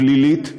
פלילית,